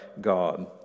God